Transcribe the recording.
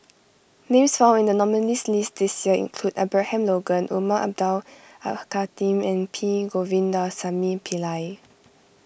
names found in the nominees' list this year include Abraham Logan Umar Abdullah Al Khatib and P Govindasamy Pillai